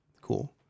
cool